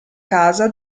casa